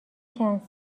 چند